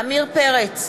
עמיר פרץ,